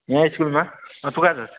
यहाँ स्कुलमा तँ कहाँ छस्